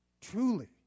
Truly